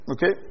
Okay